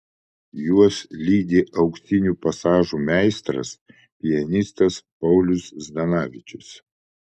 juos lydi auksinių pasažų meistras pianistas paulius zdanavičius